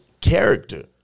character